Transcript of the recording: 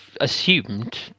assumed